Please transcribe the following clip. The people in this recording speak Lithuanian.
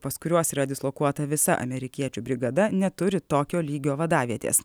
pas kuriuos yra dislokuota visa amerikiečių brigada neturi tokio lygio vadavietės